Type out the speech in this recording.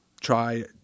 try